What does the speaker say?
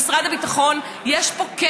אתה היום במשרד ביטחון,